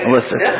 Listen